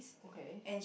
okay